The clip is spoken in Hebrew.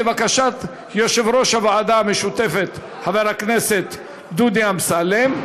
לבקשת יושב-ראש הוועדה המשותפת חבר הכנסת דודי אמסלם,